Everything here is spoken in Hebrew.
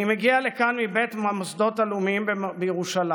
אני מגיע לכאן מבית המוסדות הלאומיים בירושלים